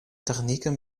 technieken